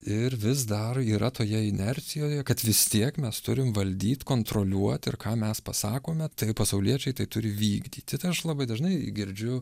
ir vis dar yra toje inercijoje kad vis tiek mes turim valdyt kontroliuot ir ką mes pasakome tai pasauliečiai tai turi vykdyti tai aš labai dažnai girdžiu